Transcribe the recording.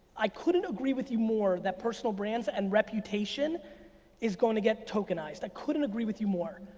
i couldn't agree with you more that personal brands and reputation is gonna get tokenized. i couldn't agree with you more,